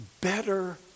better